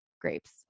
grapes